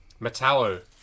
Metallo